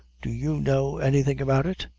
do you know anything about it?